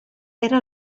era